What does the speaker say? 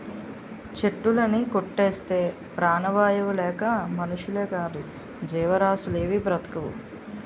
చెట్టులుని కొట్టేస్తే ప్రాణవాయువు లేక మనుషులేకాదు జీవరాసులేవీ బ్రతకవు